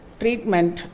treatment